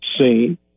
seen